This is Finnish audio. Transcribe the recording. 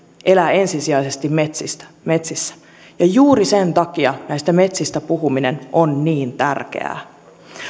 elää ensisijaisesti metsissä ja juuri sen takia näistä metsistä puhuminen on niin tärkeää